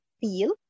feel